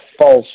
false